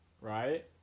right